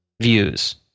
views